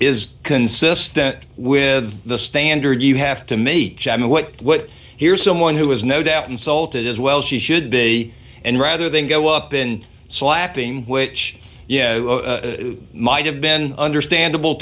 is consistent with the standard you have to meet jen what what here is someone who is no doubt insulted as well she should be and rather than go up in slapping which might have been understandable